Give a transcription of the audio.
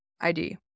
id